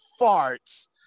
farts